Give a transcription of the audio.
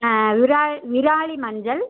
விரா விராலி மஞ்சள்